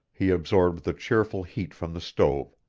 he absorbed the cheerful heat from the stove,